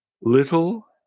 Little